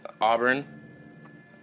Auburn